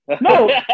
No